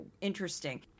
interesting